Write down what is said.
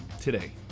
today